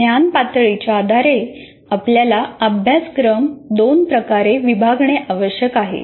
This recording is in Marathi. ज्ञान पातळीच्या आधारे आपल्याला अभ्यासक्रम दोन प्रकारे विभागणे आवश्यक आहे